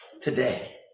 today